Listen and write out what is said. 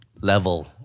level